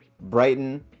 Brighton